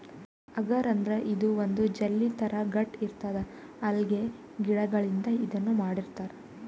ಅಗರ್ ಅಂದ್ರ ಇದು ಒಂದ್ ಜೆಲ್ಲಿ ಥರಾ ಗಟ್ಟ್ ಇರ್ತದ್ ಅಲ್ಗೆ ಗಿಡಗಳಿಂದ್ ಇದನ್ನ್ ಮಾಡಿರ್ತರ್